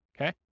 okay